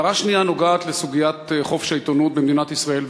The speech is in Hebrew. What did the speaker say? הערה שנייה נוגעת לסוגיית חופש העיתונות במדינת ישראל,